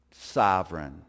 Sovereign